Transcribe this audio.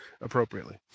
appropriately